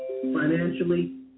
Financially